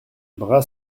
bras